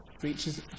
reaches